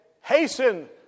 hasten